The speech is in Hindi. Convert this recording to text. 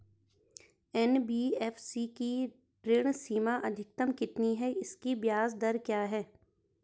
एन.बी.एफ.सी की ऋण सीमा अधिकतम कितनी है इसकी ब्याज दर क्या है?